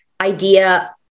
idea